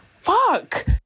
fuck